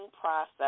process